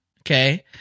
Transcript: Okay